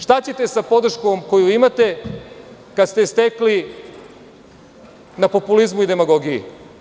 Šta ćete sa podrškom koju imate kada ste je stekli na populizmu i demagogiji?